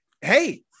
Hey